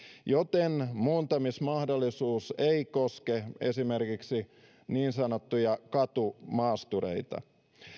joten muuntamismahdollisuus ei koske esimerkiksi niin sanottuja katumaastureita